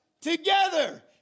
together